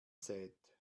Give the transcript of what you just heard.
sät